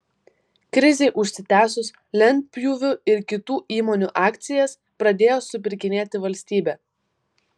krizei užsitęsus lentpjūvių ir kitų įmonių akcijas pradėjo supirkinėti valstybė